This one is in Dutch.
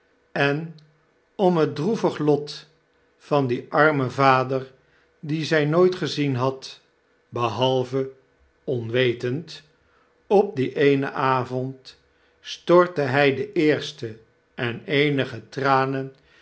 en om het droevig lot van dien armen vader dien zy nooit gezien had behalve onwetend op dien eenen avond stortte hy de eerste en eenige tranen